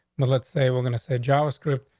but let's say we're gonna say jobs strip,